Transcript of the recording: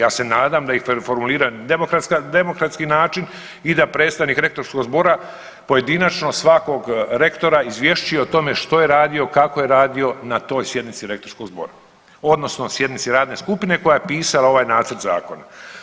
Ja se nadam da ih formulira demokratska, demokratski način i da predstavnik rektorskog zbora pojedinačno svakog rektora izvješćuje o tome što je radio, kako je radio na toj sjednici rektorskog zbora odnosno sjednici radne skupine koja je pisala ovaj nacrt zakona.